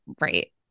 Right